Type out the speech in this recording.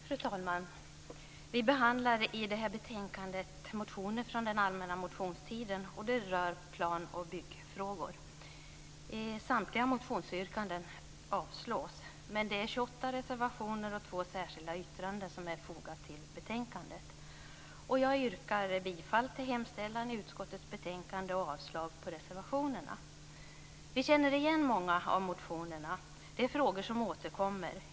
Fru talman! Vi behandlar i det här betänkandet motioner från den allmänna motionstiden som rör plan och byggfrågor. Samtliga motionsyrkanden avslås. 28 reservationer och två särskilda yttranden är fogade till betänkandet. Jag yrkar bifall till hemställan i utskottets betänkande och avslag på reservationerna. Vi känner igen många av motionerna. Det är frågor som återkommer.